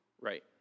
Right